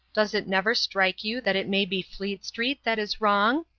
does it never strike you that it may be fleet street that is wrong?